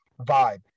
vibe